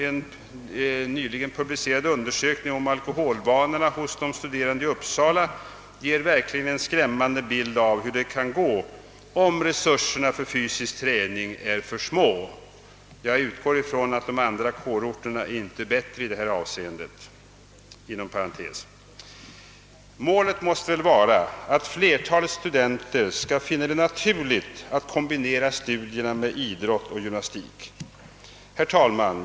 En nyligen publicerad undersökning av alkoholvanorna hos de studerande i Uppsala ger verkligen en skrämmande bild av hur det kan gå, om resurserna för fysisk träning är för små. Jag förutsätter inom parentes att de andra kårorterna inte är bättre i detta avseende. Målet måste vara att flertalet studenter skall finna det naturligt att kombinera studierna med idrott och gymnastik. Herr talman!